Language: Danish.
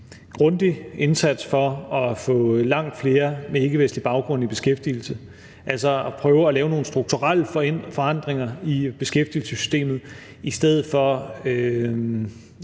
grundig indsats for at få langt flere med ikkevestlig baggrund i beskæftigelse, altså at prøve at lave nogle strukturelle forandringerne i beskæftigelsessystemet i stedet for